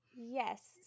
Yes